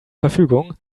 verfügung